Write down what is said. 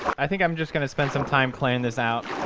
i think i'm just gonna spend some time playing this out